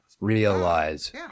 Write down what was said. realize